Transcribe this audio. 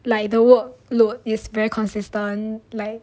like the work load is very consistent like